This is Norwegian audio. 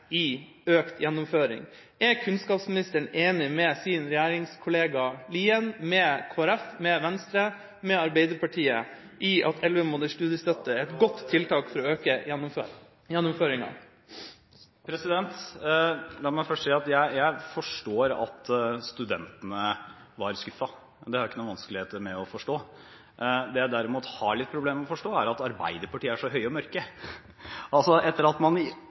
med økt gjennomføring. Er kunnskapsministeren enig med sin regjeringskollega Lien, med Kristelig Folkeparti, med Venstre og med Arbeiderpartiet i at elleve måneders studiestøtte er et godt tiltak for å øke gjennomføringa? La meg først si at jeg forstår at studentene var skuffet – det har jeg ikke noen vanskeligheter med å forstå. Det jeg derimot har litt problemer med å forstå, er at Arbeiderpartiet er så høye og mørke etter at man i